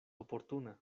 oportuna